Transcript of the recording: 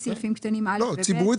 לדעת